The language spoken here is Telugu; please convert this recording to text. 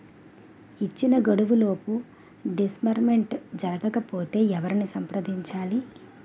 ఇచ్చిన గడువులోపు డిస్బర్స్మెంట్ జరగకపోతే ఎవరిని సంప్రదించాలి?